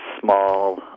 small